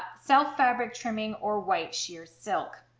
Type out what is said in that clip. self fabric trimming, or white sheer silk.